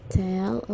tell